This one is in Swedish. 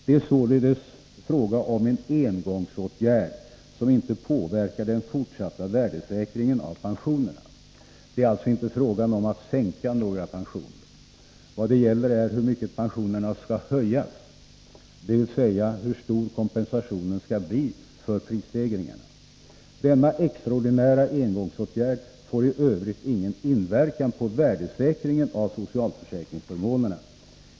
Det rör sig således om en engångsåtgärd som inte påverkar den fortsatta värdesäkringen av pensionerna. Det är alltså inte fråga om att sänka några pensioner. Vad det gäller är hur mycket pensionerna skall höjas, dvs. hur stor kompensationen skall bli för prisstegringarna. Denna extraordinära engångsåtgärd får i övrigt ingen inverkan på värdesäkringen av socialförsäkringsförmånerna.